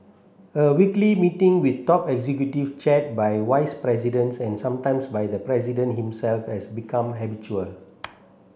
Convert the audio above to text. a weekly meeting with top executives chaired by vice presidents and sometimes by the president himself has become habitual